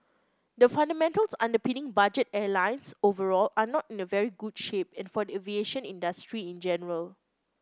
the fundamentals underpinning budget airlines overall are not in a very good shape and for the aviation industry in general